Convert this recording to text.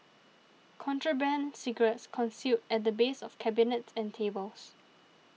contraband cigarettes concealed at the base of cabinets and tables